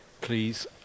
please